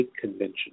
Convention